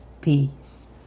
Peace